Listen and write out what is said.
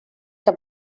que